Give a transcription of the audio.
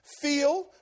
feel